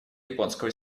японского